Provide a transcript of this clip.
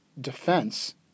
defense